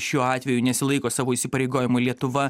šiuo atveju nesilaiko savo įsipareigojimų lietuva